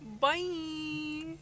Bye